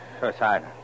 Suicide